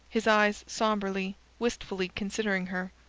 his eyes sombrely, wistfully considering her.